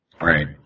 Right